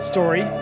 story